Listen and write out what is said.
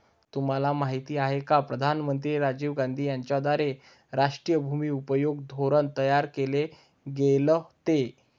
तुम्हाला माहिती आहे का प्रधानमंत्री राजीव गांधी यांच्याद्वारे राष्ट्रीय भूमि उपयोग धोरण तयार केल गेलं ते?